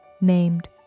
named